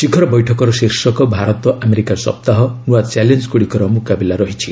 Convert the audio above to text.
ଶିଖର ବୈଠକର ଶୀର୍ଷକ ଭାରତ ଆମେରିକା ସପ୍ତାହ ନୃଆ ଚ୍ୟାଲେଞ୍ଜଗୁଡ଼ିକର ମୁକାବିଲା ରହିଛି